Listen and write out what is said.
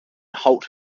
halt